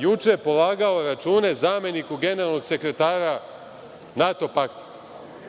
juče polagao račune zameniku generalnog sekretara NATO pakta. Ja